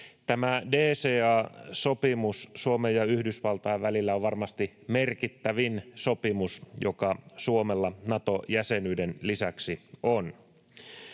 Tämä DCA-sopimus Suomen ja Yhdysvaltain välillä on varmasti merkittävin sopimus, joka Suomella Nato-jäsenyyden lisäksi on.